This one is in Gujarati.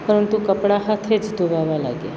પરંતુ કપડાં હાથે જ ધોવાવા લાગ્યા